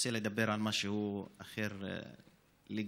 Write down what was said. רוצה לדבר על משהו אחר לגמרי.